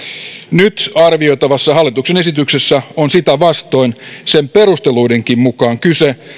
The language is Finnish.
nyt arvioitavassa hallituksen esityksessä on sitä vastoin sen perusteluidenkin mukaan kyse